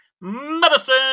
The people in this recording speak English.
medicine